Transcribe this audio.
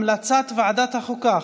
המלצת ועדת החוקה,